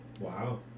Wow